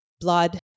blood